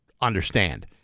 understand